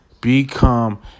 Become